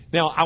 Now